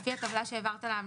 לפי הטבלה שהעברת לנו,